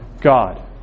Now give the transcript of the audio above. God